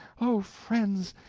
oh friends!